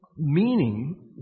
Meaning